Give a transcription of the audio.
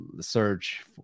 search